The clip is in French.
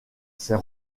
ses